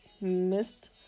missed